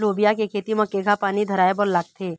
लोबिया के खेती म केघा पानी धराएबर लागथे?